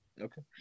Okay